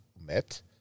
met